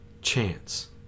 chance